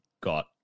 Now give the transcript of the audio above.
got